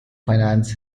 finance